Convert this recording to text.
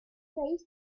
praised